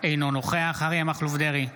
אינו נוכח אריה מכלוף דרעי,